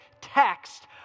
text